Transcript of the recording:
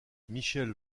michel